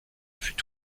fut